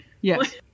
Yes